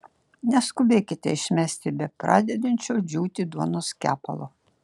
neskubėkite išmesti bepradedančio džiūti duonos kepalo